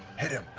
hit him!